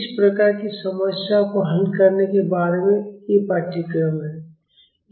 इस प्रकार की समस्याओं को हल करने के बारे में ये पाठ्यक्रम हैं